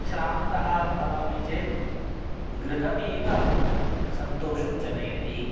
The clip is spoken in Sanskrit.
श्रान्तः भवामि चेत् गृहमेव सन्तोषं जनयति